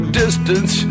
distance